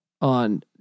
on